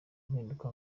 impinduka